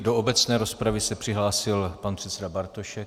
Do obecné rozpravy se přihlásil pan předseda Bartošek.